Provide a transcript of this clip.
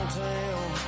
town